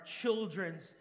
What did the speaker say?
children's